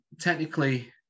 technically